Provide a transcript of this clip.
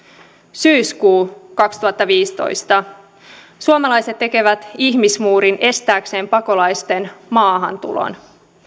syyskuu kaksituhattaviisitoista suomalaiset tekevät ihmismuurin estääkseen pakolaisten maahantulon